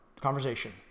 conversation